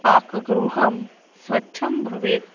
पाकगृहं स्वच्छं भवेत्